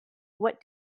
what